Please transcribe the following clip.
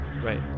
Right